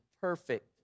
perfect